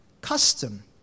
custom